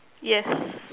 yes